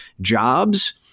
jobs